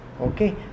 Okay